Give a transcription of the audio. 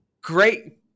Great